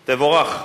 תבורך.